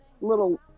little